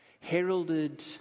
heralded